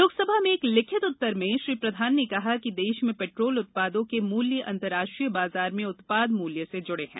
लोक सभा में एक लिखित उत्तर में श्री प्रधान ने कहा कि देश में पैट्रोलियम उत्पादों के मूल्य अंतर्राष्ट्रीय बाजार में उत्पाद मूल्य से जुड़े हैं